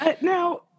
Now